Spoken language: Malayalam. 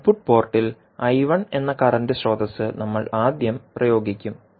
ഇൻപുട്ട് പോർട്ടിൽ എന്ന കറന്റ് സ്രോതസ്സ് നമ്മൾ ആദ്യം പ്രയോഗിക്കും